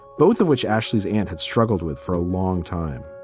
both of which ashley's and had struggled with for a long time